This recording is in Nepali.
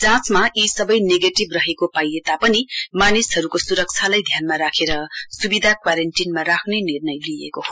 जाँचमा यी सबै नेगेटिभ रहेको पाइए तापनि मानिसहरूको सुरक्षालाई ध्यानमा राखेर सुविधा क्वारेन्टीनमा राख्ने निर्णय लिइएको हो